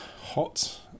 hot